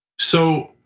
so,